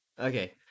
Okay